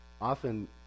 often